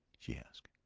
she asked,